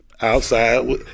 Outside